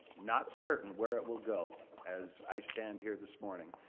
not certain where it will go as i stand here this morning.